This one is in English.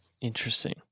Interesting